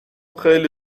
خیلی